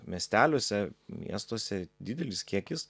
miesteliuose miestuose didelis kiekis